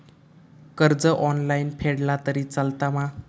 कर्ज ऑनलाइन फेडला तरी चलता मा?